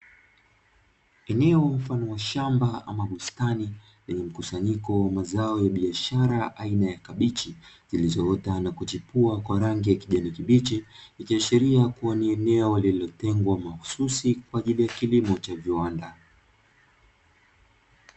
Eneo mfano wa shamba ama bustani, lenye mkusanyiko wa mazao ya biashara aina ya kabichi zilizoota na kuchipua kwa rangi ya kijani kibichi, ikiashiria kuwa ni eneo lililotengwa mahususi kwa ajili ya kilimo cha viwanda.